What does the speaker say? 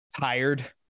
tired